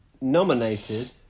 nominated